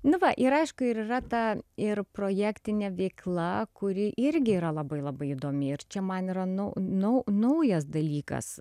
nu va ir aišku ir yra ta ir projektinė veikla kuri irgi yra labai labai įdomi ir čia man yra nu nu naujas dalykas